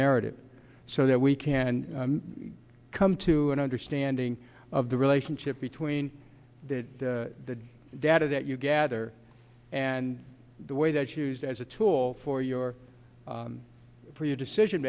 narrative so that we can come to an understanding of the relationship between the data that you gather and the way that's used as a tool for your for your decision